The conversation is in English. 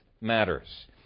matters